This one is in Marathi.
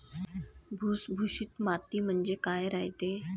भुसभुशीत माती म्हणजे काय रायते?